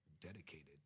dedicated